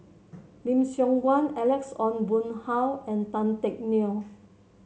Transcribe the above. Lim Siong Guan Alex Ong Boon Hau and Tan Teck Neo